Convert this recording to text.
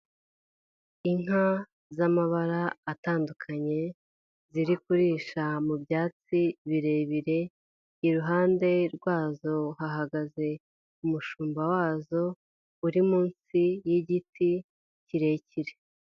Inka z'amabara atandukanye, ziri kurisha mu byatsi birebire, iruhande rwazo hahagaze umushumba wazo, uri munsi y'igiti kirekire.